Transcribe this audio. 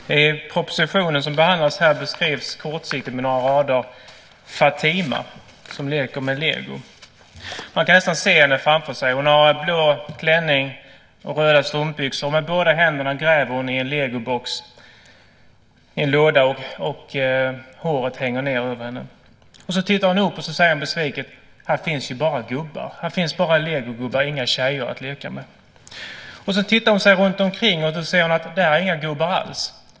Herr talman! Den proposition som behandlas här beskrivs kortsiktigt med några rader: Fatima leker med lego. Man kan nästan se henne framför sig. Hon har blå klänning och röda strumpbyxor. Med båda händerna gräver hon i en legolåda. Håret hänger ned över henne. Så tittar hon upp och säger besviket: Här finns ju bara gubbar. Här finns bara legogubbar, inga tjejer att leka med. Så tittar hon sig runtomkring och ser att där är inga gubbar alls.